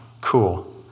cool